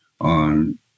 on